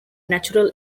natural